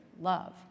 love